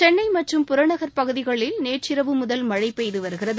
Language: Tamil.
சென்னை மற்றும் புறநகர் பகுதிகளில் நேற்றிரவு முதல் மழை பெய்து வருகிறது